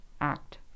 act